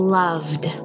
loved